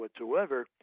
whatsoever